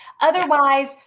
Otherwise